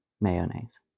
Mayonnaise